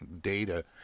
data